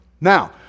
Now